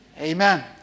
Amen